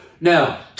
Now